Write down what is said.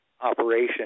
operation